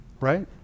Right